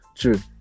True